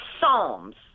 Psalms